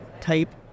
type